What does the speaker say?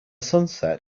sunset